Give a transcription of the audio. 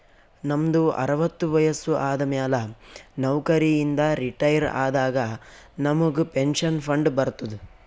ನಮ್ದು ಅರವತ್ತು ವಯಸ್ಸು ಆದಮ್ಯಾಲ ನೌಕರಿ ಇಂದ ರಿಟೈರ್ ಆದಾಗ ನಮುಗ್ ಪೆನ್ಷನ್ ಫಂಡ್ ಬರ್ತುದ್